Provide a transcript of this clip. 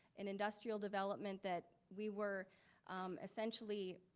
an industrial development that we were essentially